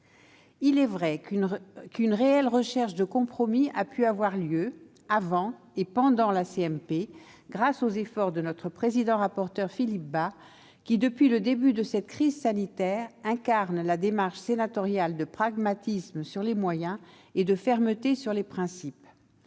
Il est vrai qu'une réelle recherche de compromis a pu avoir lieu avant et pendant la commission mixte paritaire, grâce aux efforts de notre président-rapporteur, Philippe Bas, qui, depuis le début de la crise sanitaire, incarne la démarche sénatoriale de pragmatisme sur les moyens et de fermeté sur les principes.